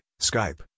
Skype